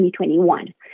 2021